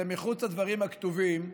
וזה מחוץ לדברים הכתובים.